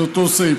של אותו סעיף.